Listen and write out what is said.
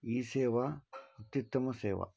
E सेवा अत्युत्तमसेवा